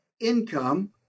income